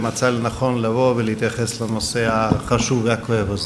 ומצא לנכון לבוא ולהתייחס לנושא החשוב והכואב הזה.